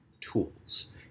tools